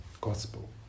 gospel